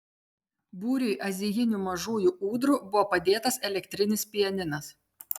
būriui azijinių mažųjų ūdrų buvo padėtas elektrinis pianinas